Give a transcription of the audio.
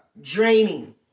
draining